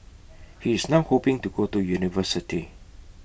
he is now hoping to go to university